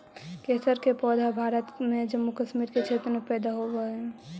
केसर के पौधा भारत में जम्मू कश्मीर के क्षेत्र में पैदा होवऽ हई